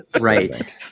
right